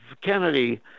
Kennedy